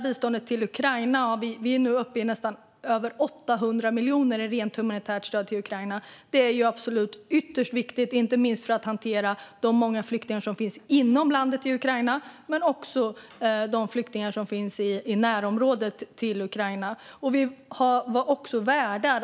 Vi är nu uppe i över 800 miljoner i rent humanitärt stöd till Ukraina. Det är ytterst viktigt, inte minst för att hantera de många flyktingar som finns inom landet i Ukraina men också i närområdet till Ukraina.